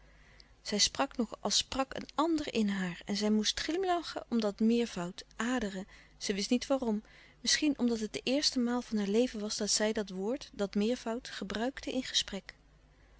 zij sprak nog als sprak een ander in haar en zij moest glimlachen om dat meervoud aderen zij wist niet waarom misschien omdat het de eerste maal van haar leven was dat zij dat woord dat meervoud gebruikte in gesprek